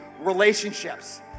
relationships